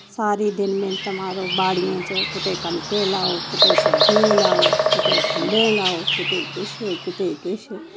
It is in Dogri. सारे दिन मेह्नत मारो बाड़ियें च कुते कनके लाओ कुते सब्जियें लाओ कुते खुम्बों लाओ कुते किश कुते किश